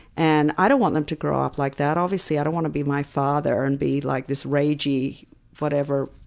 and i don't want them to grow up like that. obviously i don't want to be my father and be like this rage-y whatever,